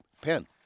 pen